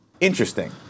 interesting